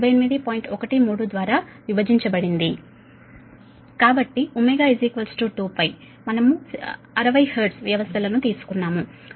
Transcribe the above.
13 ద్వారా విభజించబడింది కాబట్టి ω 2π మనము 60 Hz వ్యవస్థలను తీసుకున్నాము 2π60C10200148